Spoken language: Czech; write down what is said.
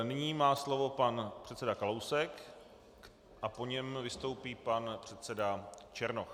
Nyní má slovo pan předseda Kalousek a po něm vystoupí pan předseda Černoch.